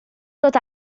dod